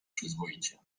przyzwoicie